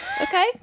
Okay